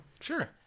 Sure